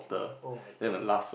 oh-my-God